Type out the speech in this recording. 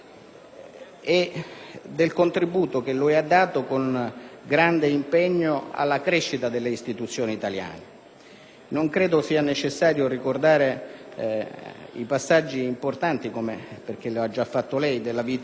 il contributo che lui ha dato con grande impegno alla crescita delle istituzioni italiane. Non credo sia necessario ricordare i passaggi importanti, perché lo ha già fatto lei, della vita di